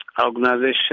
organization